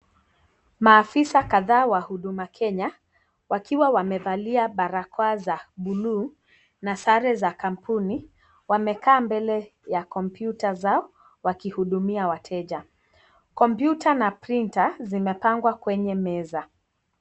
Maafisa kadhaa wa huduma Kenya wakiwa wamevalia barakoa za buluu na sare za kampuni wamekaa mbele ya kompyuta zao wakihudumia wateja. Kompyuta na printer zimepangwa kwenye meza